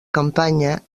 campanya